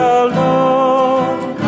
alone